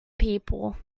people